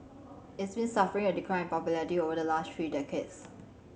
it has been suffering a decline in popularity over the last three decades